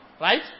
Right